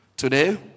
Today